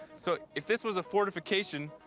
so if this was a fortification,